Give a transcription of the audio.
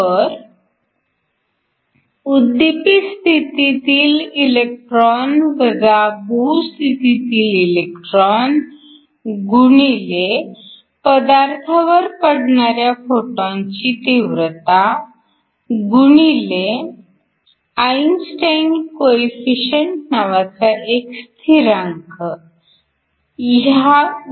तर उद्दीपित स्थितीतील इलेक्ट्रॉन वजा भू स्थितीतील इलेक्ट्रॉन गुणिले पदार्थावर पडणाऱ्या फोटोनची तीव्रता गुणिले आईनस्टाईन कोईफिशंट नावाचा एक स्थिरांक ह्यावर